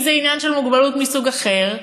אם זה עניין של מוגבלות מסוג אחר,